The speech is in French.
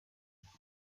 smith